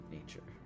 Nature